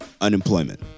unemployment